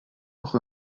auch